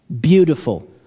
Beautiful